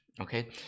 okay